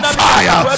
fire